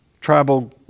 tribal